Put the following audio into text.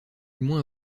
moins